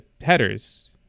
headers